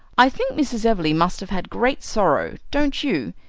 i think mrs. everleigh must have had great sorrow, don't you?